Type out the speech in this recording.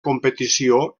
competició